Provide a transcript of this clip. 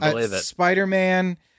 Spider-Man